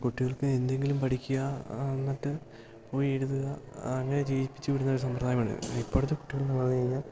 കുട്ടികൾക്ക് എന്തെങ്കിലും പഠിക്കുക എന്നിട്ട് പോയി എഴുതുക അങ്ങനെ ജയിപ്പിച്ചു വിടുന്നൊരു സമ്പ്രദായമാണ് ഇപ്പോഴത്തെ കുട്ടികളെന്നു പറഞ്ഞുകഴിഞ്ഞാല്